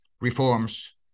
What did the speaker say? reforms